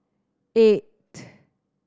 eight